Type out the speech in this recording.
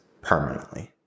permanently